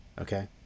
okay